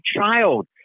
child